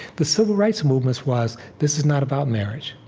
the civil rights movement's was, this is not about marriage.